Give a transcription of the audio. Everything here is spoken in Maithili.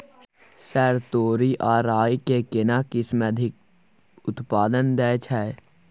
सर तोरी आ राई के केना किस्म अधिक उत्पादन दैय छैय?